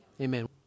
Amen